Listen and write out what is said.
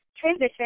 transition